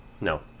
No